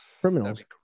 criminals